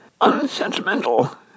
unsentimental